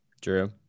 Drew